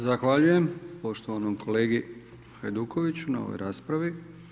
Zahvaljujem poštovanom kolegi Hajdukoviću na ovoj raspravi.